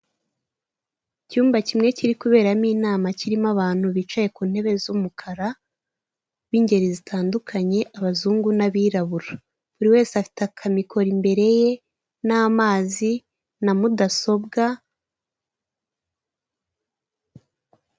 Icyumba kimwe kiri kuberamo inama kirimo abantu bicaye ku ntebe z'umukara b'ingeri zitandukanye abazungu n'abirabura, buri wese afite akamikoro imbere ye n'amazi na mudasobwa.